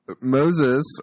Moses